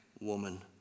woman